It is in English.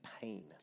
pain